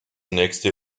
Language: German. nächste